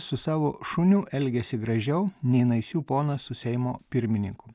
su savo šuniu elgiasi gražiau nei naisių ponas su seimo pirmininku